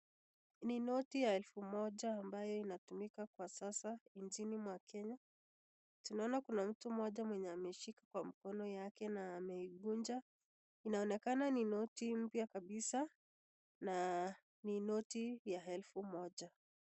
Ni noti ya elfu Moja ambayo inatumika kwa sasa nchini mwa Kenya. Tunaona kuna mtu moja ameshika kwa mkono na ameikunja. Inaonekana ni noti mpya kabisa na ni noti ya elfu moja.